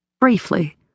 briefly